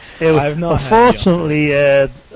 Unfortunately